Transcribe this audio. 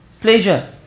Pleasure